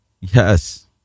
Yes